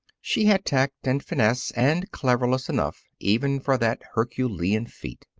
she had tact and finesse and cleverness enough even for that herculean feat.